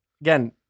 again